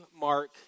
Mark